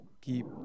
Keep